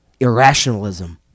irrationalism